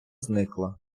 зникла